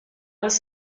was